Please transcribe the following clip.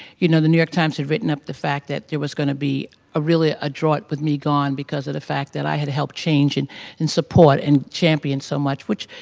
you know, the new york times had written up the fact that there was going to be a really a drought with me gone because of the fact that i had helped change and and support and champion so much. which,